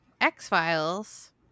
X-Files